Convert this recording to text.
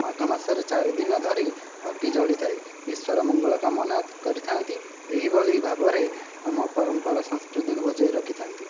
ମାଘ ମାସରେ ଚାରିଦିନ ଧରି ଅଗି ଜଳିଥାଏ ବିଶ୍ୱର ମଙ୍ଗଳ କାମନା କରିଥାନ୍ତି ଏହିଭଳି ଭାବରେ ଆମ ପରମ୍ପରା ସଂସ୍କୁତିକୁ ବଜାଇ ରଖିଥାନ୍ତି